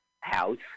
house